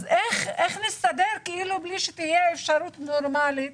אז איך נסתדר בלי שתהיה אפשרות נורמלית